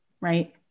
Right